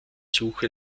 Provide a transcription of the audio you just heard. suche